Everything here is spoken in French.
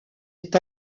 est